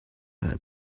had